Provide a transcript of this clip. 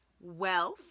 wealth